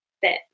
fit